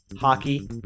hockey